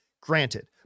Granted